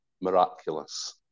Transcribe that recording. Miraculous